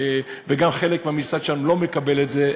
וגם חלק מהמשרד שלנו לא מקבלים את זה.